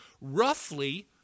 Roughly